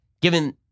given